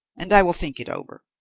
and i will think it over.